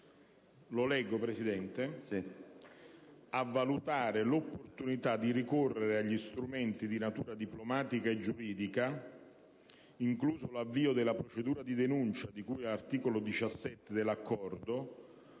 come segue: «a valutare l'opportunità di ricorrere agli strumenti di natura diplomatica e giuridica, incluso l'avvio della procedura di denuncia di cui all'articolo 17 dell'Accordo,